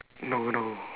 no no